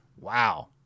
Wow